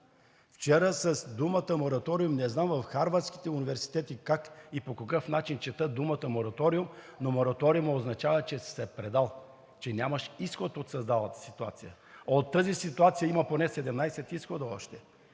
до бананова република. Не знам в харвардските университети как и по какъв начин четат думата „мораториум“, но мораториум означава, че си се предал, че нямаш изход от създалата се ситуация. От тази ситуация има поне 17 изхода още,